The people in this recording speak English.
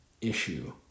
issue